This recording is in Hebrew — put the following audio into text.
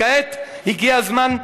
כעת הגיע הזמן,